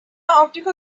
afrika